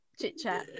chit-chat